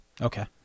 Okay